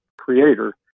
creator